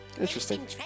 Interesting